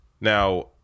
Now